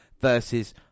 versus